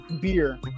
beer